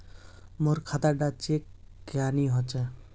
मोर खाता डा चेक क्यानी होचए?